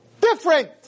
different